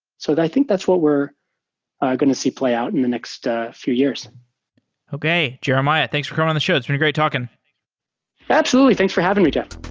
so i think that's what we're going to see play out in the next few years okay. jeremiah, thanks for coming on the show. it's been great talking absolutely! thanks for having me, jeff.